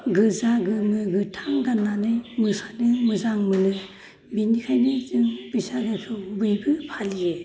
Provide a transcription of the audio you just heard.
गोजा गोमो गोथां गाननानै मोसानो मोजां मोनो बिनिखायनो जों बैसागोखौ बयबो फालियो